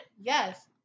Yes